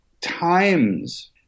times